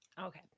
Okay